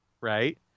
Right